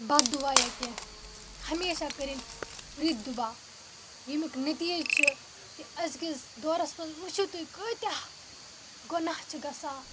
بَد دُعا یا کیٚنہہ ہمیشہ کٔرِنۍ رٔتۍ دُعا ییٚمیُک نتیٖجہ چھِ کہ أزۍکِس دورَس منٛز وٕچھُو تُہۍ کۭتیٛاہ گۄناہ چھِ گژھان